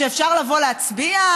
שאפשר לבוא להצביע,